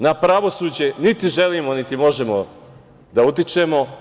Na pravosuđe niti želimo, niti možemo da utičemo.